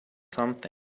something